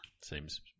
Seems